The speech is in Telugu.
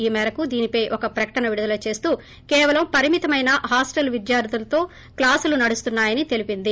ఈ మేరకు దీనిపై ఒక ప్రకటన విడుదల చేస్తూ కేవలం పరిమితమైన హాస్టల్ విద్యార్లులతో క్లాసులు నడుస్తున్నాయని చెప్పింది